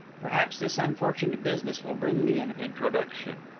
perhaps this unfortunate business will bring me an introduction.